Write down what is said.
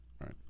right